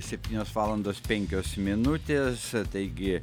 septynios valandos penkios minutės taigi